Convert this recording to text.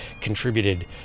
contributed